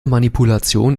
manipulation